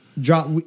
drop